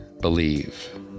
Believe